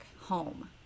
home